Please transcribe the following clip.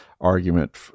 argument